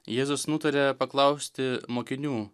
jėzus nutarė paklausti mokinių